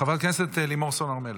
חברת הכנסת לימור סון הר מלך.